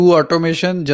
automation